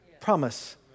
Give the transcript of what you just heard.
promise